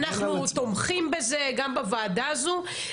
אנחנו תומכים בזה גם בוועדה הזאת,